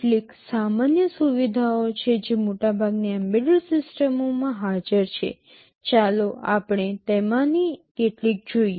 કેટલીક સામાન્ય સુવિધાઓ છે જે મોટાભાગની એમ્બેડેડ સિસ્ટમોમાં હાજર છે ચાલો આપણે તેમાંની કેટલીક જોઈએ